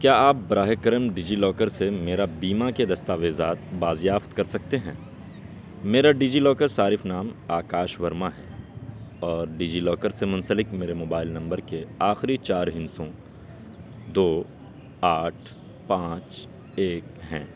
کیا آپ براہِ کرم ڈیجی لاکر سے میرا بیما کے دستاویزات بازیافت کر سکتے ہیں میرا ڈیجی لاکر صارف نام آکاش ورما ہے اور ڈیجی لاکر سے منسلک میرے موبائل نمبر کے آخری چار ہندسوں دو آٹھ پانچ ایک ہیں